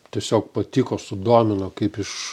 tiesiog patiko sudomino kaip iš